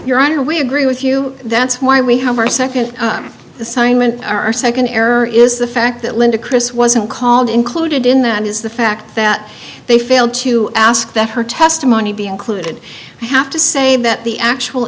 your honor we agree with you that's why we have our second the simon our second error is the fact that linda chris wasn't called included in that is the fact that they failed to ask that her testimony be included i have to say that the actual